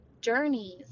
journeys